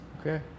Okay